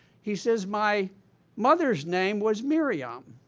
he said, my mother's name was myriam,